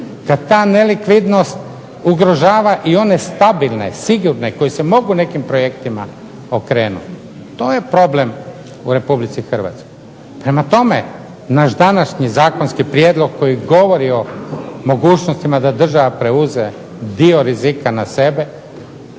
kad ta nelikvidnost ugrožava i one stabilne, sigurne koji se mogu nekim projektima okrenuti, to je problem u Republici Hrvatskoj. Prema tome naš današnji zakonski prijedlog koji govori o mogućnosti da država preuzme dio rizika na sebe,